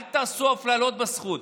אל תעשו אפליות בזכות.